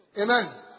Amen